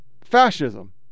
fascism